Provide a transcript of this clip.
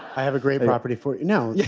i have a great property for you no, yeah